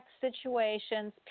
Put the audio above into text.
situations